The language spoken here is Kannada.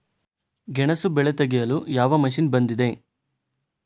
ಗೆಣಸು ಬೆಳೆ ತೆಗೆಯಲು ಯಾವ ಮಷೀನ್ ಬಂದಿದೆ?